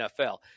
NFL